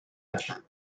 yet